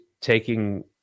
taking